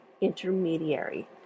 intermediary